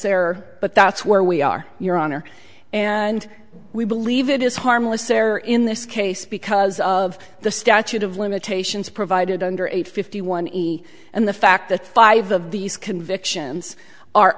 error but that's where we are your honor and we believe it is harmless error in this case because of the statute of limitations provided under eight fifty one and the fact that five of these convictions